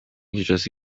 kinshasa